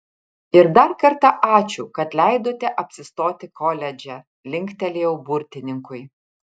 ir dar kartą ačiū kad leidote apsistoti koledže linktelėjau burtininkui